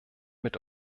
mit